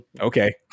Okay